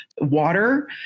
Water